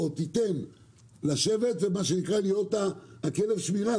התפקיד שלנו זה להיות כלב השמירה.